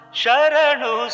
Sharanu